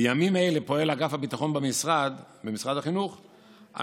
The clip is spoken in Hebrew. בימים אלה פועל אגף הביטחון במשרד החינוך על